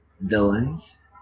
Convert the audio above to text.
villains